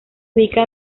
ubica